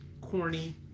corny